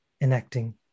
enacting